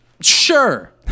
Sure